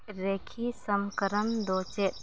ᱨᱮᱠᱷᱤ ᱥᱝᱠᱨᱟᱢ ᱫᱚ ᱪᱮᱫ